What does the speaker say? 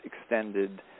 extended